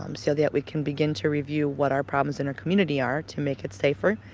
um so that we can begin to review what our problems in our community are, to make it safer.